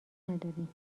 نداریم